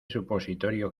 supositorio